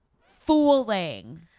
Fooling